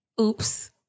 Oops